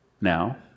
now